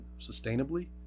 sustainably